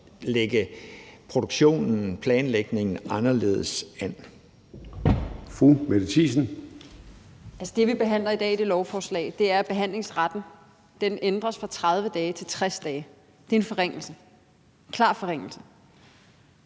lægge produktionen og planlægningen anderledes an.